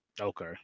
okay